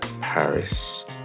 Paris